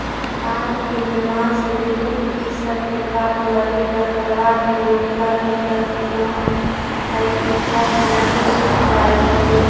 बाँध के निर्माण से विद्युत इ सब के प्राप्त लगी जलप्रवाह के रोकला भी जल के दोहन हई इकरा से नदि सूख जाइत हई